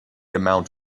amount